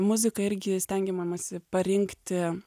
muziką irgi stengiamamasi parinkti